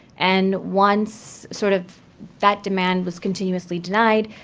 and once sort of that demand was continuously denied,